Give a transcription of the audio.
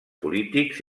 polítics